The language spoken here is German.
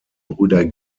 brüder